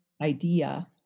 idea